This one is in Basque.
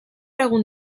egun